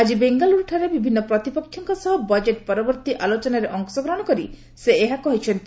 ଆଜି ବେଙ୍ଗାଲ୍ରରୁଠାରେ ବିଭିନ୍ନ ପ୍ରତିପକ୍ଷଙ୍କ ସହ ବଜେଟ୍ ପରବର୍ତ୍ତୀ ଆଲୋଚନାରେ ଅଂଶଗ୍ରହଣ କରି ସେ ଏହା କହିଛନ୍ତି